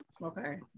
Okay